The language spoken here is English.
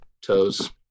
toes